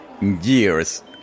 Years